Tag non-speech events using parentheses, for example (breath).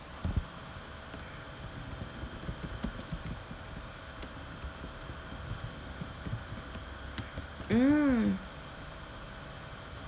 (breath) mm